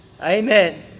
Amen